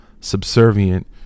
subservient